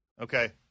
Okay